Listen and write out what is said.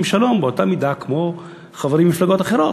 שלום באותה מידה של חברים ממפלגות אחרות.